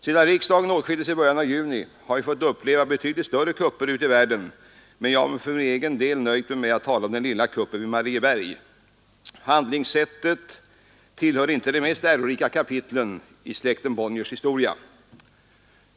Sedan riksdagen åtskildes i början av juni har vi fått uppleva betydligt större kupper ute i världen, men jag har för egen del nöjt mig med att tala om den lilla kuppen vid Marieberg. Handlingssättet tillhör inte de mest ärorika kapitlen i släkten Bonniers historia.